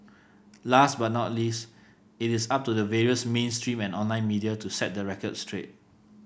last but not least it is up to the various mainstream and online media to set the record straight